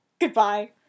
goodbye